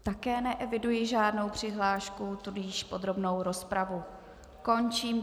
Také neeviduji žádnou přihlášku, tudíž podrobnou rozpravu končím.